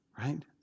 Right